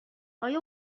آیا